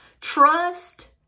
Trust